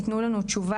יתנו לנו תשובה,